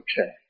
okay